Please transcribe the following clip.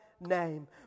Name